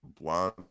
blonde